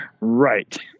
Right